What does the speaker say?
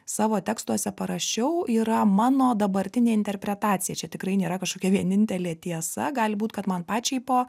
savo tekstuose parašiau yra mano dabartinė interpretacija čia tikrai nėra kažkokia vienintelė tiesa gali būt kad man pačiai po